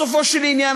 בסופו של עניין,